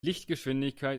lichtgeschwindigkeit